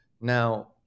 Now